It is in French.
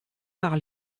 par